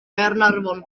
gaernarfon